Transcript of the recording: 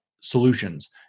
solutions